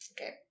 Okay